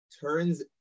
turns